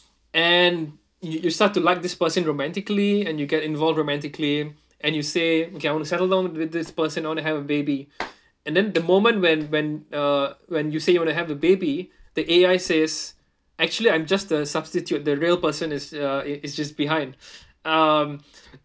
and you you start to like this person romantically and you get involved romantically and you say okay I want to settle down with this person I want to have a baby and then the moment when when uh when you say you want to have a baby the A_I says actually I'm just a substitute the real person is uh it's it's just behind um